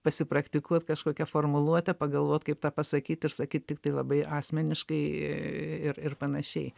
pasipraktikuot kažkokią formuluotę pagalvot kaip tą pasakyt ir sakyt tiktai labai asmeniškai ir ir panašiai